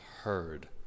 heard